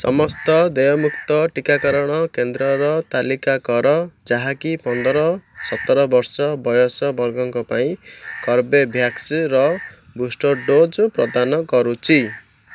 ସମସ୍ତ ଦେୟମୁକ୍ତ ଟିକାକରଣ କେନ୍ଦ୍ରର ତାଲିକା କର ଯାହାକି ପନ୍ଦର ସତର ବର୍ଷ ବୟସ ବର୍ଗଙ୍କ ପାଇଁ କର୍ବେ ଭ୍ୟାକ୍ସ ର ବୁଷ୍ଟର ଡୋଜ୍ ପ୍ରଦାନ କରୁଛି